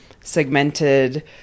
segmented